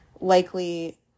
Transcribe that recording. likely